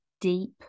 deep